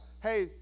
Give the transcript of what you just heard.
Hey